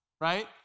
right